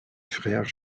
frères